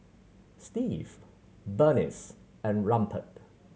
Steve Burnice and Rupert